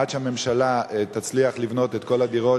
עד שהממשלה תצליח לבנות את כל הדירות,